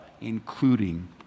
including